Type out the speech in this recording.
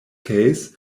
case